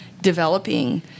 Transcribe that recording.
developing